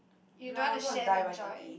you don't want to share the joy